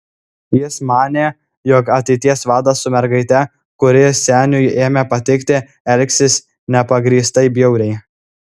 jis manė jog ateities vadas su mergaite kuri seniui ėmė patikti elgsis nepagrįstai bjauriai